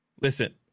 Listen